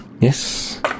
Yes